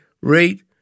rate